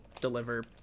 deliver